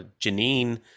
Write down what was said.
Janine